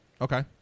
Okay